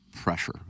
pressure